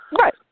right